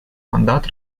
мандат